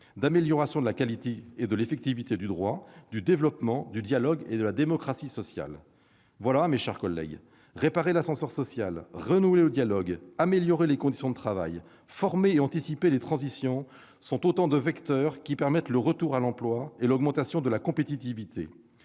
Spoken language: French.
d'amélioration de la qualité et de l'effectivité du droit, de développement du dialogue et de la démocratie sociale. Mes chers collègues, réparer l'ascenseur social, renouer le dialogue, améliorer les conditions de travail, former et anticiper les transitions sont autant de vecteurs qui permettent le retour à l'emploi et l'augmentation de la compétitivité.